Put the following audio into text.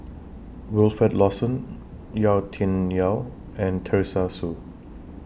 Wilfed Lawson Yau Tian Yau and Teresa Hsu